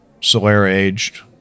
Solera-aged